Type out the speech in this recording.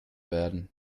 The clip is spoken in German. werden